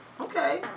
okay